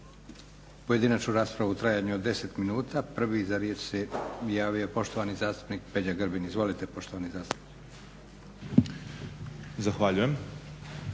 pojedinačnu raspravu u trajanju od 10 minuta. Prvi za riječ se javio poštovani zastupnik Peđa Grbin. Izvolite poštovani zastupniče.